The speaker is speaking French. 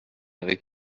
avec